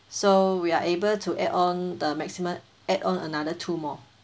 so we're able to add on the maximum add on another two more